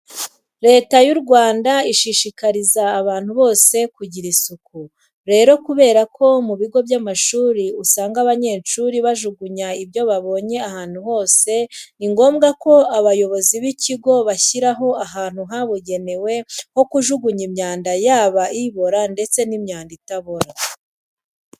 Leta y'u Rwanda ishishikariza abantu bose kugira isuku. Rero kubera ko mu bigo by'amashuri usanga abanyeshuri bajugunya ibyo babonye ahantu hose, ni ngombwa ko abayobozi b'ikigo bashyiraho ahantu habugenewe ho kujugunya imyanda yaba ibora ndetse n'imyanda itabora.